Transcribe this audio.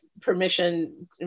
permission